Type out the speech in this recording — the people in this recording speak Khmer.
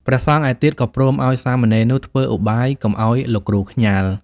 ព្រះសង្ឃឯទៀតក៏ព្រមឲ្យសាមណេរនោះធ្វើឧបាយកុំឲ្យលោកគ្រូខ្ញាល់។